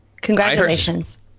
Congratulations